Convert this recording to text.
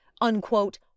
unquote